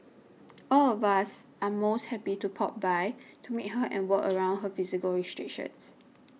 all of us are most happy to pop by to meet her and work around her physical restrictions